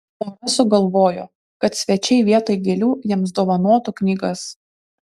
pora sugalvojo kad svečiai vietoj gėlių jiems dovanotų knygas